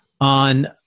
on